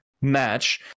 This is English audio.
match